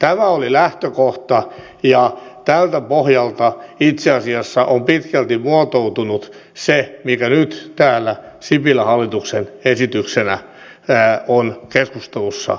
tämä oli lähtökohta ja tältä pohjalta itse asiassa on pitkälti muotoutunut se mikä nyt täällä sipilän hallituksen esityksenä on keskustelussa ollut